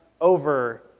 over